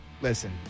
listen